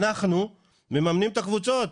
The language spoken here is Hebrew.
אנחנו מממנים את הקבוצות.